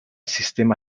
sistema